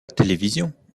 télévision